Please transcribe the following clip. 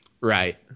Right